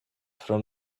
from